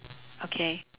okay